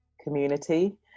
community